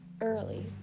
early